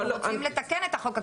אנחנו רוצים לתקן את החוק הקיים.